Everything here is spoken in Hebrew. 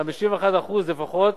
51% לפחות